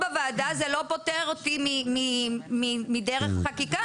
זה שאמרו בוועדה זה לא פוטר אותי מדרך החקיקה,